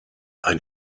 ein